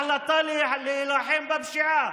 קבל החלטה להילחם בפשיעה